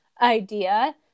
idea